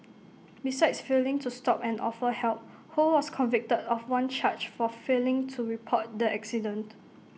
besides failing to stop and offer help ho was convicted of one charge for failing to report the accident